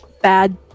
Bad